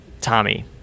Tommy